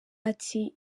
ati